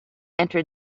entered